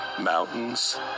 mountains